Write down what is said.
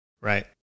Right